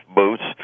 boots